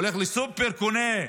הולך לסופר וקונה,